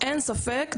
אין ספק,